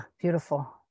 beautiful